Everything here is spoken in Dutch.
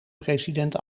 president